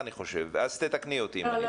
אז תקני אותי אם אני טועה.